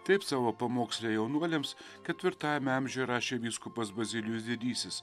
taip savo pamoksle jaunuoliams ketvirtajame amžiuje rašė vyskupas bazilijus didysis